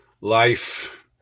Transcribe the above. life